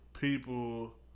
people